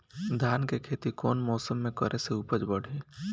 धान के खेती कौन मौसम में करे से उपज बढ़ी?